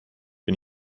bin